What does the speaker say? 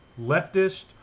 leftist